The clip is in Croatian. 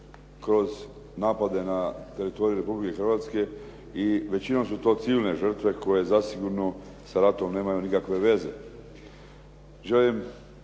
hvala vam.